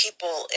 people